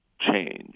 change